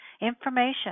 information